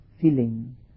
feeling